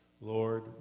Lord